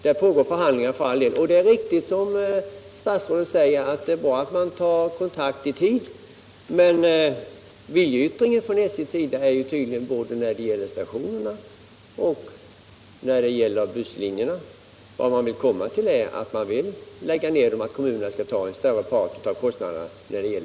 Nu pågår förhandlingar om detta och det är riktigt. som statsrådet säger. att det är bra om man tar kontakt i tid. Men när det gäller järnvägsstationerna och när det gäller busslinjerna syftar SJ tydligen till nedläggningar resp. | till en större kommunal kostnadsandel.